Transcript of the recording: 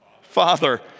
Father